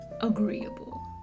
agreeable